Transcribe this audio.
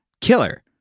Killer